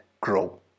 grow